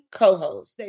co-host